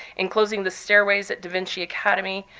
enclosing the stairways at da vinci academy,